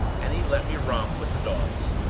and he let me romp with the dogs.